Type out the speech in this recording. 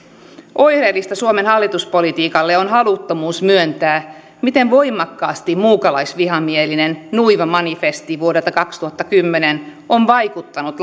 oireellista suomen hallituspolitiikalle on haluttomuus myöntää miten voimakkaasti muukalaisvihamielinen nuiva manifesti vuodelta kaksituhattakymmenen on vaikuttanut